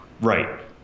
right